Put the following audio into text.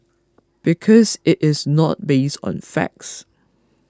because it is not based on facts